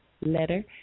letter